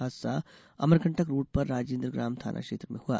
हादसा अमरकंटक रोड़ पर राजेन्द्र ग्राम थाना क्षेत्र में हुआ